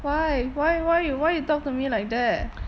why why why you why you talk to me like that